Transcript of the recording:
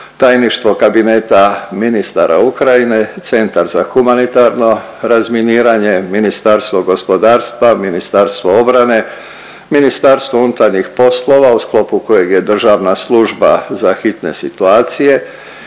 Tajništvo kabineta ministara Ukrajine, Centar za humanitarno razminiranje, Ministarstvo gospodarstva, Ministarstvo obrane, MUP u sklopu kojeg je Državna služba za hitne situacije